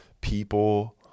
People